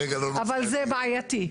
אבל זה בעייתי.